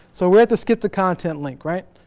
so we're at the skip to content link, right?